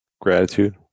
gratitude